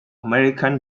american